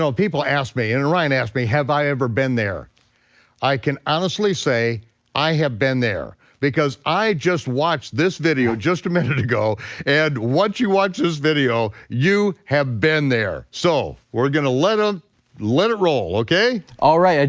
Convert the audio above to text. people ask me and and ryan asked me have i ever been there i can honestly say i have been there because i just watched this video just a minute ago and once you watch this video, you have been there. so we're gonna let um let it roll, okay. all right,